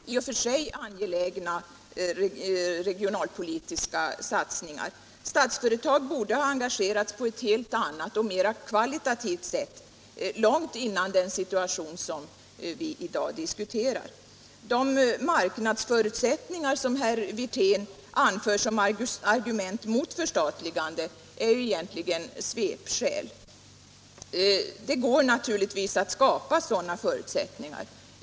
Herr talman! Vänsterpartiet kommunisterna anser det vara fel att ett privat företag får sköta i och för sig angelägna regionalpolitiska satsningar. Statsföretag borde engagerats på ett kvalitativt helt annat sätt långt innan den situation som vi i dag diskuterar uppstod. De marknadsförutsättningar som herr Wirtén anför som argument mot ett förstatligande är egentligen svepskäl. Det går naturligtvis att skapa goda sådana förutsättningar.